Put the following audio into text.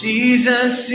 Jesus